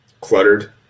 cluttered